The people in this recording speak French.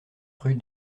rue